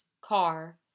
car